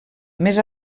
més